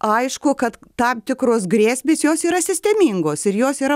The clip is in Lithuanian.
aišku kad tam tikros grėsmės jos yra sistemingos ir jos yra